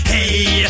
Hey